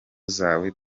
zawe